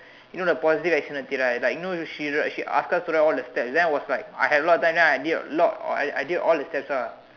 you know the positive externality right like I know she re~ she asked us to write all the steps then I was like I had a lot of time then I did I I did a lot I did all the steps lah